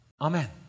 Amen